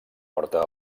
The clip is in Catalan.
porta